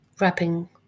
wrapping